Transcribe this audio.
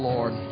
Lord